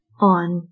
on